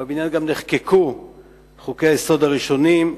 בבניין גם נחקקו חוקי-היסוד הראשונים,